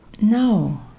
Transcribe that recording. No